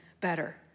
better